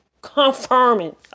Confirming